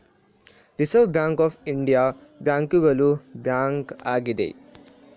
reserve Bank of India ಬ್ಯಾಂಕುಗಳ bank ಆಗಿದೆ